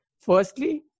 Firstly